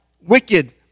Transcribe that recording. wicked